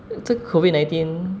这 COVID nineteen